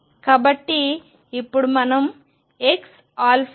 కాబట్టి ఇప్పుడు మనం xαα విలువను చూద్దాం